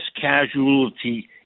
casualty